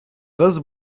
кыз